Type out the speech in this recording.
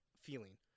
feeling